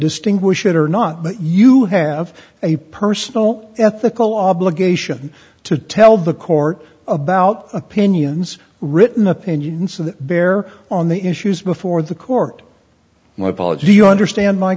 distinguish it or not but you have a personal ethical obligation to tell the court about opinions written opinions and bear on the issues before the court my apology you understand my